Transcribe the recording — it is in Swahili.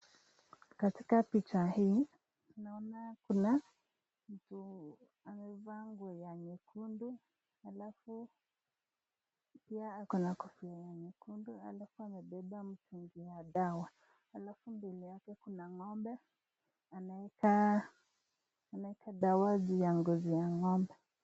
Katika picha hii tunaona kuna mtu amevaa nguo ya nyekundu alafu pia ako na kofia ya nyekundu alafu amebeba mtungi ya dawa. Alafu mbele yake kuna ng'ombe anaeka dawa juu ya ngozi ya ng'ombe.